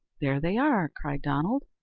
there they are, cried donald,